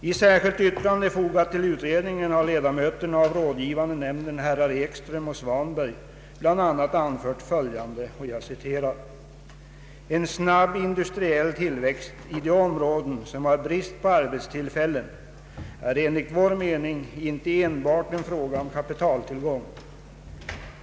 I särskilt yttrande fogat till utredningen har ledamöterna av rådgivande nämnden herrar Ekström och Svanberg bl.a. anfört följande: ”En snabb industriell tillväxt i de områden, som har brist på arbetstillfällen, är enligt vår mening inte enbart en fråga om kapitaltillgång.